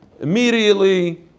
Immediately